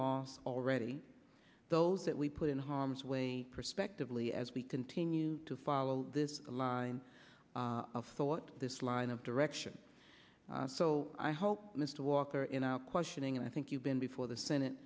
lost already those that we put in harm's way prospectively as we continue to follow this line of thought this line of direction so i hope mr walker in our questioning and i think you've been before the senate